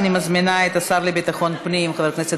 ואני מזמינה את השר לביטחון הפנים חבר הכנסת